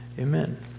Amen